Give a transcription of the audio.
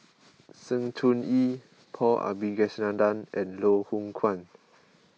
Sng Choon Yee Paul Abisheganaden and Loh Hoong Kwan